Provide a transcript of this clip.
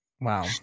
Wow